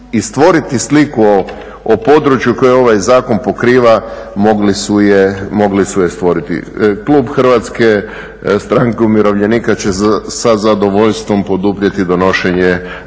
i stvoriti sliku o području koje ovaj zakon pokriva mogli su je stvoriti. Klub HSU-a će sa zadovoljstvom poduprijeti donošenje